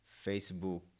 Facebook